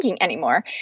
anymore